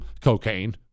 Cocaine